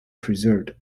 preserved